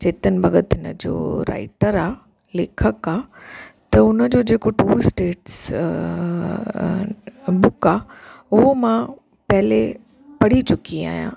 चेतन भॻत हिन जो राइटर आहे लेखक आहे त हुन जो जेको टू स्टेट्स बुक आहे हुओ मां पहले पढ़ी चुकी आहियां